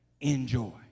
enjoy